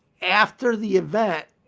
after the event,